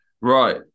Right